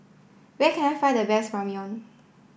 where can I find the best Ramyeon